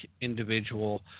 individual